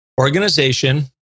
organization